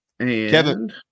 Kevin